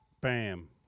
Bam